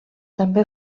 també